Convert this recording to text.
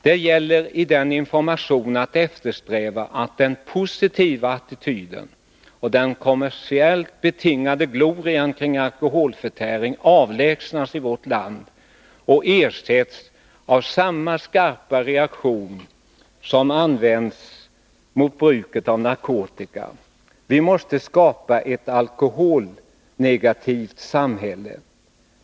Det gäller i denna information att eftersträva att den positiva attityden och den kommersiellt betingade glorian kring alkoholförtäring avlägsnas i vårt land och ersätts av samma skarpa reaktion som nu vänder sig mot bruket av narkotika. Vi måste skapa ett alkoholnegativt samhälle.